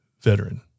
veteran